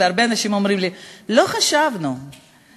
והרבה אנשים אומרים לי: לא חשבנו שגנרל